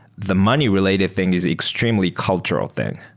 the money related thing is extremely cultural thing.